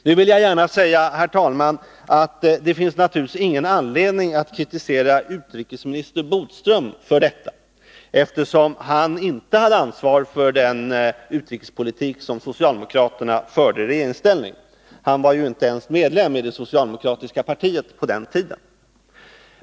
Jag vill gärna säga, herr talman, att det naturligtvis inte finns någon anledning att kritisera utrikesminister Bodström för detta, eftersom han inte hade ansvaret för den utrikespolitik som socialdemokraterna förde i opposition. Han var ju inte ens medlem i det socialdemokratiska partiet på den tiden.